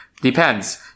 Depends